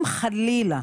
אם חלילה,